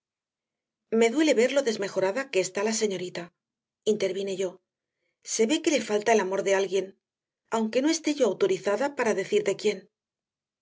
me duele ver lo desmejorada que está la señorita intervine yo se ve que le falta el amor de alguien aunque no esté yo autorizada para decir de quién